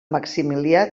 maximilià